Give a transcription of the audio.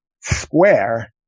square